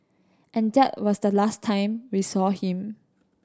and that was the last time we saw him